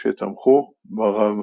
וראש העיר מרים פיירברג.